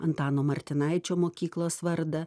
antano martinaičio mokyklos vardą